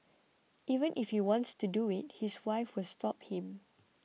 even if he wants to do it his wife will stop him